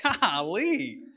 Golly